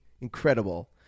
incredible